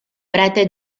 prete